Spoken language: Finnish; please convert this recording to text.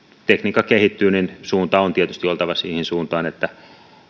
tekniikka kehittyy niin suunnan on tietysti oltava siihen suuntaan että